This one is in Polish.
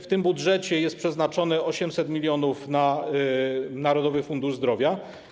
W tym budżecie jest przeznaczone 800 mln zł na Narodowy Fundusz Zdrowia.